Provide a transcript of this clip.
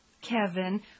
Kevin